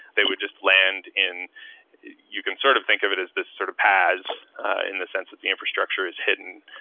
they would just land in you can sort of think of it as this sort of paas in the sense that the infrastructure is hidden,